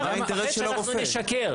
אתה חושש שאנחנו נשקר.